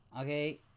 Okay